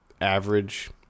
average